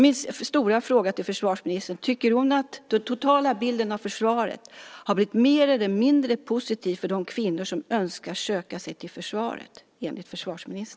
Min stora fråga till försvarsministern är: Har den totala bilden av försvaret enligt försvarsministern blivit mer eller mindre positiv för de kvinnor som önskar söka sig till försvaret?